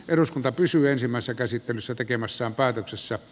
eduskunta pysyä samassa käsittelyssä tekemässään päätöksessä